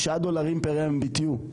9 דולרים פר MMBTU,